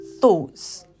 thoughts